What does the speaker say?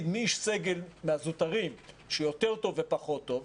איש סגל מהזוטרים הוא יותר טוב ופחות טוב,